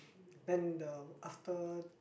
and the after